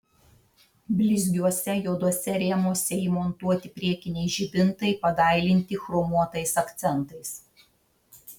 blizgiuose juoduose rėmuose įmontuoti priekiniai žibintai padailinti chromuotais akcentais